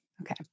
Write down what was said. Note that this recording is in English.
Okay